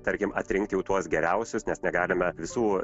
tarkim atrinkti jau tuos geriausius nes negalime visų